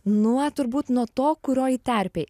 nuo turbūt nuo to kurioj terpėj